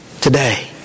today